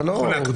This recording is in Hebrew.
אתה יכול להקפיא.